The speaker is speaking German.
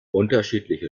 unterschiedliche